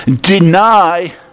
deny